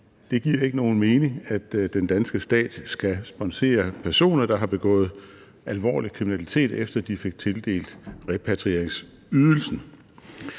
Det giver ikke nogen mening, at den danske stat skal sponsorere personer, der har begået alvorlig kriminalitet, efter at de fik tildelt repatrieringsydelsen.